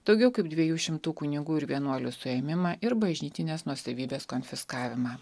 daugiau kaip dviejų šimtų kunigų ir vienuolių suėmimą ir bažnytinės nuosavybės konfiskavimą